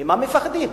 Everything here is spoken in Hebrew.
ממה מפחדים?